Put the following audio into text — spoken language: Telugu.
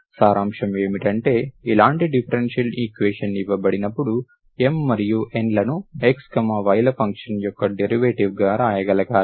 సారాంశం ఏమిటంటే ఇలాంటి డిఫరెన్షియల్ ఈక్వేషన్ ఇవ్వబడినప్పుడు M మరియు N లను x y ల ఫంక్షన్ యొక్క డెరివేటివ్ గా వ్రాయగలగాలి